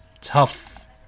tough